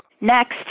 Next